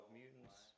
mutants